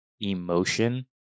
emotion